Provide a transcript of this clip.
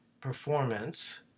performance